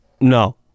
No